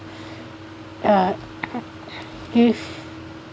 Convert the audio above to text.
uh if